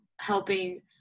helping